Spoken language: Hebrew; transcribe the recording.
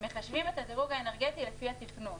חומרים --- מחשבים את הדירוג האנרגטי לפי התכנון,